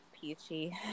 peachy